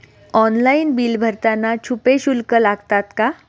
Online bill भरताना छुपे शुल्क लागतात का?